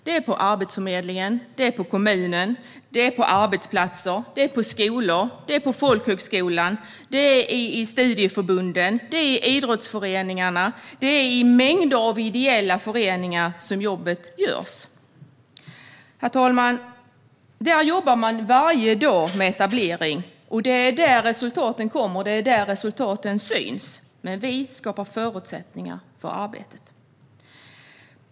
Det är på Arbetsförmedlingen, i kommunerna, på arbetsplatserna, på skolorna, på folkhögskolorna, i studieförbunden, i idrottsföreningarna och i mängder av ideella föreningar som jobbet görs. Herr talman! Där jobbar man varje dag med etablering. Det är där resultaten kommer och där resultaten syns. Men vi skapar förutsättningar för arbetet.